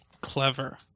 Clever